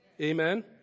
amen